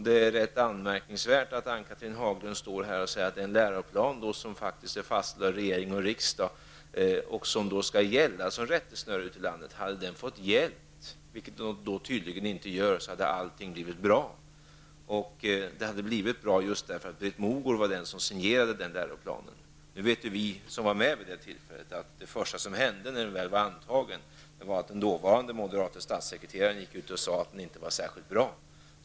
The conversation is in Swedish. Det är rätt anmärkningsvärt att Ann-Cathrine Haglund här säger att om den läroplan som faktiskt är fastställd av regering och riksdag och som skulle gälla som rättesnöre ute i landet hade fått gälla, vilket den tydligen inte gör, så hade allting blivit bra. Det hade blivit bra just därför att det var Britt Mogård som signerade den läroplanen. Vi som var med vid det tillfället vet att det första som hände när den blev antagen var att den dåvarande moderate statssekreteraren gick ut och sade att den inte var särskilt bra.